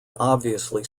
obviously